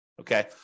Okay